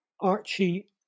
Archie